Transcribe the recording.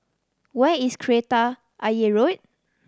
where is Kreta Ayer Road